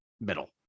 middle